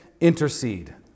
intercede